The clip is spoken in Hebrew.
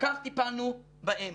וכך טיפלנו בהם.